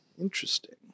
Interesting